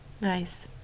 nice